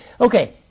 Okay